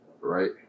right